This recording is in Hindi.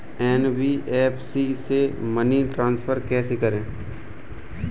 एन.बी.एफ.सी से मनी ट्रांसफर कैसे करें?